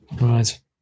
Right